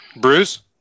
Bruce